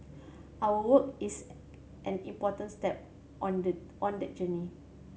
our work is an important step on the on that journey